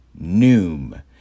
Noom